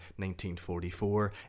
1944